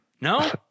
No